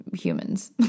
humans